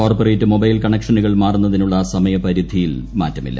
corporate mobile കണ്ക്ഷനുകൾ മാറുന്നതിനുള്ള സമയപരിധിയിൽ മാറ്റമില്ല